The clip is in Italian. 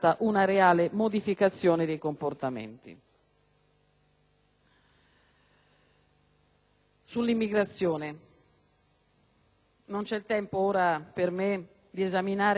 dei comportamenti. Non c'è tempo per me di esaminare e commentare tutte le numerose norme riferite al tema dell'immigrazione.